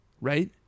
right